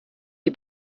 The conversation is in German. die